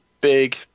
big